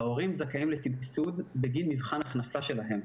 ההורים זכאים לסבסוד בגין מבחן הכנסה שלהם.